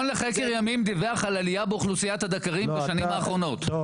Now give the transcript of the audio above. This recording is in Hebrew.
לחקר ימים דיווח על עלייה באוכלוסיית הדקרים בשנים האחרונות.